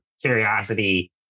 curiosity